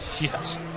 Yes